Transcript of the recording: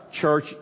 church